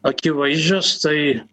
akivaizdžios tai